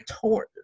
torn